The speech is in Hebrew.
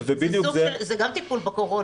זה גם טיפול בקורונה.